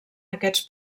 aquests